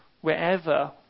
wherever